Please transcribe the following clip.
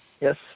Yes